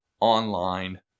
online